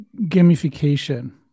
gamification